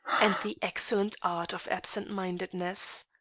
and the excellent art of absent-mindedness.